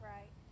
Right